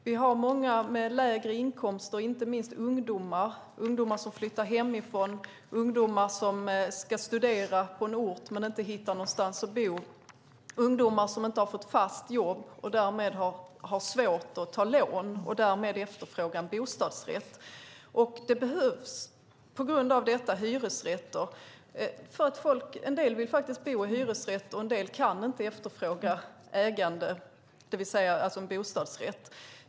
Vi har många med lägre inkomster, inte minst ungdomar, ungdomar som flyttar hemifrån, ungdomar som ska studera på en ort men inte hittar någonstans att bo, ungdomar som inte har fått fast jobb och därmed har svårt att ta lån och därmed efterfråga en bostadsrätt. På grund av detta behövs det hyresrätter. En del vill faktiskt bo i hyresrätter, och en del kan inte efterfråga ägande, det vill säga en bostadsrätt.